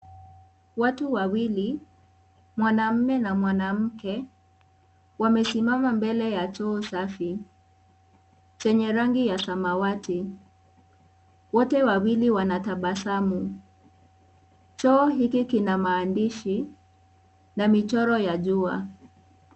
Watu wawili, mwanaume na mwanamke, wamesimama mbele ya choo safi, chenye srngi ya samawati. Wote wawili wanatabasamu. Choo hiki kina maandishi na michoro ya jua.